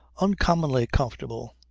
uncommonly comfortable.